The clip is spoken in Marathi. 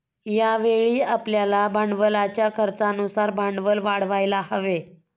यावेळी आपल्याला भांडवलाच्या खर्चानुसार भांडवल वाढवायला हवे